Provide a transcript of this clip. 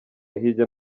hirya